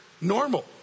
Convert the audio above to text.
normal